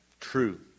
True